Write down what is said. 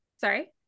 sorry